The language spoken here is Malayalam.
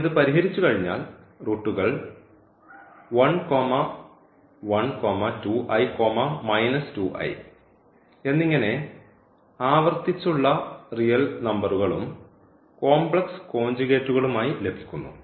നമ്മൾ ഇത് പരിഹരിച്ചുകഴിഞ്ഞാൽ റൂട്ടുകൾ എന്നിങ്ങനെ ആവർത്തിച്ചുള്ള റിയൽ നമ്പറുകളും കോംപ്ലക്സ് കോഞ്ച്ഗേറ്റുകളുമായി ലഭിക്കുന്നു